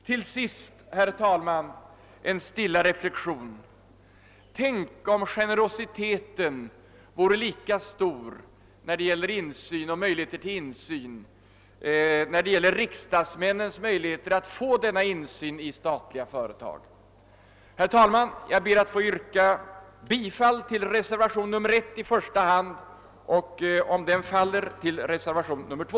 Till sist, herr talman, en stilla reflexion: Tänk om insynsgenerositeten vore lika stor när det gäller att ge riksdagsmännen möjlighet till insyn i statliga företag! Herr talman! Jag ber att få yrka bifall till i första hand reservationen 1 och om den faller till reservationen 2.